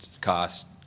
cost